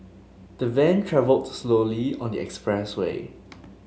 the van travelled slowly on the expressway